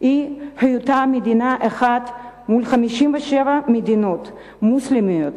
הוא היותה מדינה אחת מול 57 מדינות מוסלמיות,